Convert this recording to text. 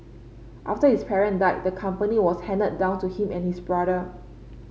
after his parent died the company was handed down to him and his brother